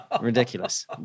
Ridiculous